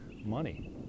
money